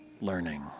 learning